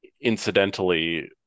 incidentally